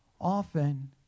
often